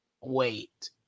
wait